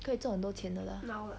可以赚很多钱的啦